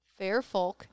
Fairfolk